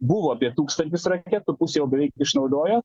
buvo apie tūkstantis raketų pusę jau beveik išnaudojo